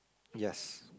yes